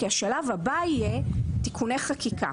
כי השלב הבא יהיה תיקוני חקיקה.